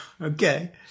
Okay